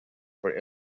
for